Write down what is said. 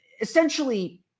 Essentially